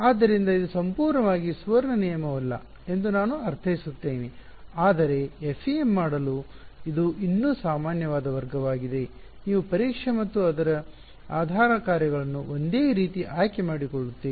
ಆದ್ದರಿಂದ ಇದು ಸಂಪೂರ್ಣವಾಗಿ ಸುವರ್ಣ ನಿಯಮವಲ್ಲ ಎಂದು ನಾನು ಅರ್ಥೈಸುತ್ತೇನೆ ಆದರೆ FEM ಮಾಡಲು ಇದು ಇನ್ನೂ ಸಾಮಾನ್ಯವಾದ ಮಾರ್ಗವಾಗಿದೆ ನೀವು ಪರೀಕ್ಷೆ ಮತ್ತು ಆಧಾರ ಕಾರ್ಯಗಳನ್ನು ಒಂದೇ ರೀತಿ ಆಯ್ಕೆ ಮಾಡಿಕೊಳ್ಳುತ್ತೀರಿ